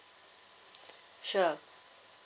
sure